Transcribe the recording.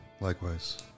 Likewise